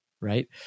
Right